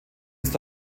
ist